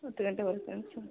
ಹತ್ತು ಗಂಟೆಗೆ ಬರ್ಬೇಕೇನು ಸರ್